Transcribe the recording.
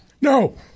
No